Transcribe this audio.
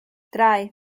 drei